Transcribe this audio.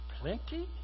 plenty